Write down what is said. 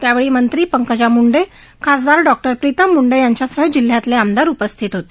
यावेळी मंत्री पंकजा मुंडे खासदार डॉक्टर प्रीतम मुंडे यांच्यासह जिल्ह्यातले आमदार उपस्थित होते